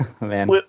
man